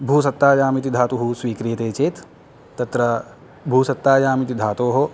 भू सत्तायाम् इति धातुः स्वीक्रियते चेत् तत्र भू सत्तायाम् इति धातोः